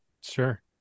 Sure